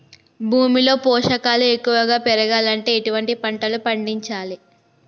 భూమిలో పోషకాలు ఎక్కువగా పెరగాలంటే ఎటువంటి పంటలు పండించాలే?